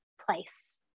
place